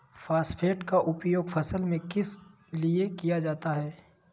Phosphate की उपयोग फसल में किस लिए किया जाता है?